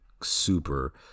super